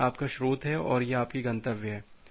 तो यह आपका स्रोत है और यह आपकी गंतव्य है